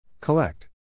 Collect